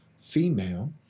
female